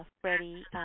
Freddie